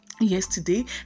yesterday